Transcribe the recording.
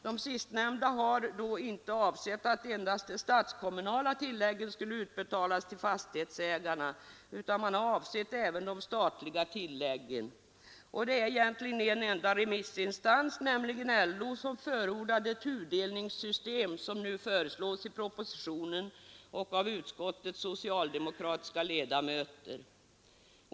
De sistnämnda har då inte avsett att endast de statskommunala tilläggen skulle utbetalas till fastighetsägarna, utan man har avsett även de statliga tilläggen. Det är egentligen bara en remissinstans, nämligen LO, som förordar det ”tudelningssystem” som nu föreslås i propositionen och av utskottets socialdemokratiska ledamöter.